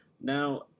Now